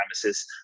premises